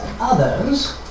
Others